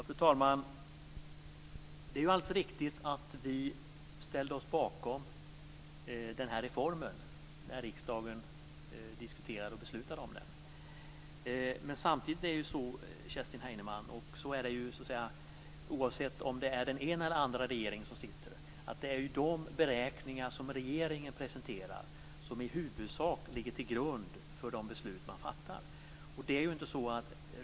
Fru talman! Det är riktigt att vi ställde oss bakom den här reformen när riksdagen diskuterade och beslutade om den. Samtidigt, Kerstin Heinemann, är det ju så, oavsett om det är den ena eller den andra regeringen som sitter, att de beräkningar som regeringen presenterar i huvudsak ligger till grund för de beslut man fattar.